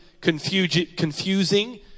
confusing